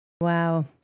wow